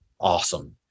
Awesome